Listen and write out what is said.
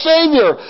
Savior